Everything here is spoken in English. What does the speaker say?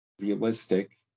realistic